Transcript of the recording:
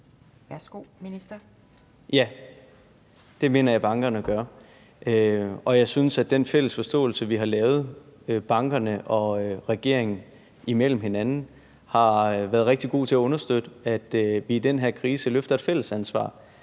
(Simon Kollerup): Ja, det mener jeg bankerne gør. Og jeg synes, at den fælles forståelse, vi har lavet, bankerne og regeringen imellem, har været rigtig god til at understøtte, at vi i den her krise løfter et fælles ansvar.